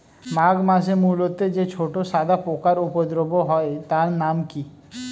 মাঘ মাসে মূলোতে যে ছোট সাদা পোকার উপদ্রব হয় তার নাম কি?